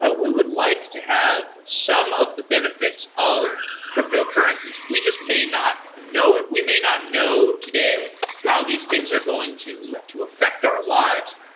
ah we would like to have some of the benefits of cryptocurrencies. we just may not know it. we may not know today how these things are going to to affect our lives.